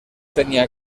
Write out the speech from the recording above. tenía